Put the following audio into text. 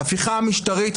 ההפיכה המשטרית,